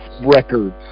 records